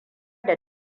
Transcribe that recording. da